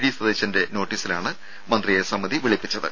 D സതീശന്റെ നോട്ടീസിലാണ് മന്ത്രിയെ സമിതി വിളിപ്പിച്ചത്